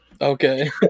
Okay